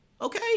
okay